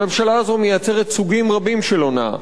הממשלה הזאת מייצרת סוגים רבים של הונאה.